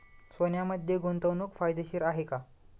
सोन्यामध्ये गुंतवणूक फायदेशीर आहे का?